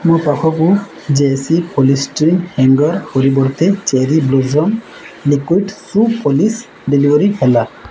ମୋ ପାଖକୁ J C polystyrene hanger ପରିବର୍ତ୍ତେ cherry blossom liquid shoe polish delivery ହେଲା